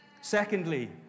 Secondly